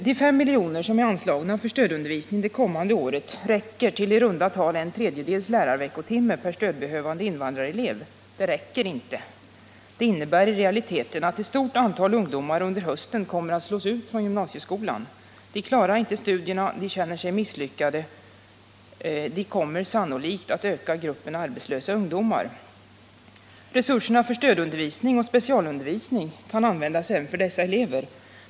De 5 miljoner som är anslagna för stödundervisning för det kommande året räcker till i runda tal 1/3 lärarveckotimme per stödbehövande invandrarelev. Det räcker inte. Det innebär i realiteten att ett stort antal ungdomar under hösten kommer att slås ut från gymnasieskolan. De klarar inte studierna, de känner sig misslyckade, och de kommer sannolikt att öka gruppen arbetslösa ungdomar. Resurserna för stödundervisning och specialundervisning kan användas även för dessa elever.